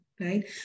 right